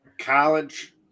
college